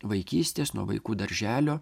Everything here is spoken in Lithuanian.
vaikystės nuo vaikų darželio